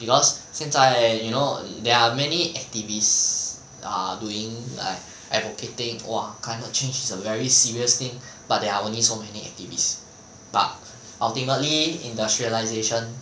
because 现在 you know there are many activists are doing like advocating !wah! climate change is a very serious thing but there are only so many activists but ultimately industrialisation